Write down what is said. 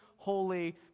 holy